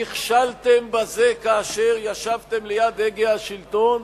נכשלתם בזה כאשר ישבתם ליד הגה השלטון,